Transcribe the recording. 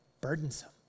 burdensome